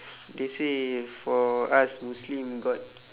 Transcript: they say for us muslim got